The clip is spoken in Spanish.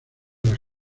las